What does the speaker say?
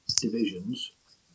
divisions